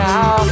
Now